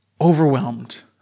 overwhelmed